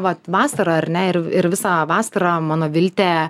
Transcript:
vat vasarą ar ne ir ir visą vasarą mano viltė